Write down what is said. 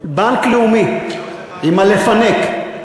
בנק לאומי, עם ה"לפנק".